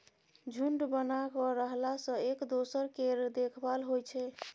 झूंड बना कय रहला सँ एक दोसर केर देखभाल होइ छै